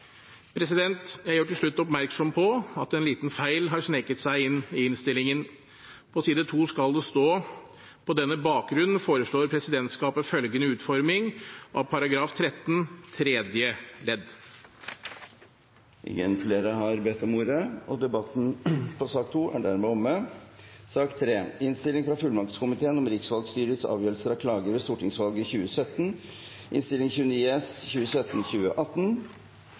Jeg gjør til slutt oppmerksom på at en liten feil har sneket seg inn i innstillingen. På side 2 skal det stå: «På denne bakgrunn foreslår presidentskapet følgende utforming av § 13 tredje ledd». Flere har ikke bedt om ordet. Stortinget vedtok enstemmig 6. oktober i år å godkjenne alle de valgte representantenes fullmakter – så man kan ta det med ro. Dette på bakgrunn av tilrådningene fra fullmaktskomiteen i Innst. 1 S